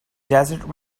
desert